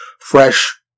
fresh